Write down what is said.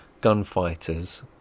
gunfighters